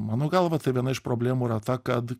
mano galva tai viena iš problemų yra ta kad